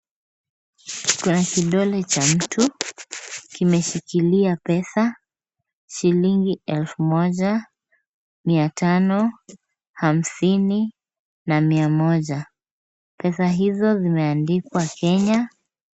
Kuna kidole cha mtu, kimeshikilia pesa, shilingi elfu moja, mia tano, hamsini na mia moja. Pesa hizo zimeandikwa Kenya.